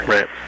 Right